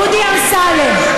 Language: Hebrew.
דודי אמסלם,